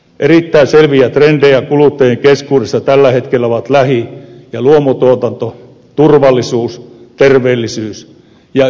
erittäin selviä trendejä kuluttajien keskuudessa tällä hetkellä ovat lähi ja luomutuotanto turvallisuus terveellisyys ja ympäristöystävällisyys